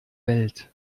welt